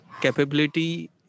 capability